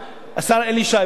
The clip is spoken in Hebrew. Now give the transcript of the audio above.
השר אלי ישי,